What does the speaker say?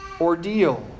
ordeal